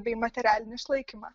bei materialinį išlaikymą